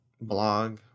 blog